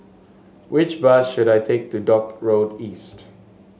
which bus should I take to Dock Road East